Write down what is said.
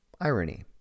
Irony